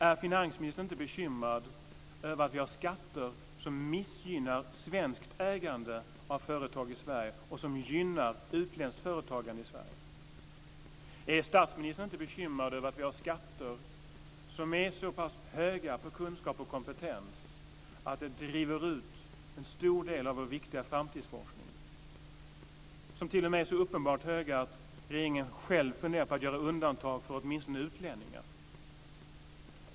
Är finansministern inte bekymrad över att vi har skatter som missgynnar svenskt ägande av företag i Sverige och gynnar utländskt företagande i Sverige? Är finansministern inte bekymrad över att vi har så pass höga skatter på kunskap och kompetens att de driver ut en stor del av vår viktiga framtidsforskning? De är t.o.m. så uppenbart höga att regeringen själv funderar på att åtminstone göra undantag för utlänningar.